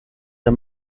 der